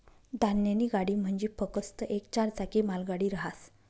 धान्यनी गाडी म्हंजी फकस्त येक चार चाकी मालगाडी रहास